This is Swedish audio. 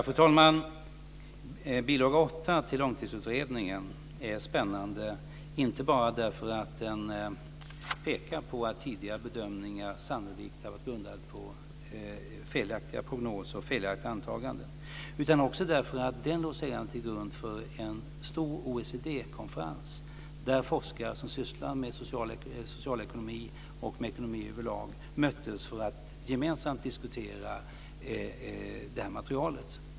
Fru talman! Bilaga 8 till Långtidsutredningen är spännande inte bara därför att den pekar på att tidigare bedömningar sannolikt har varit grundade på felaktiga prognoser och antaganden. Den är också spännande därför att den sedan låg till grund för en stor OECD-konferens där forskare som sysslar med socialekonomi och med ekonomi överlag möttes för att gemensamt diskutera detta material.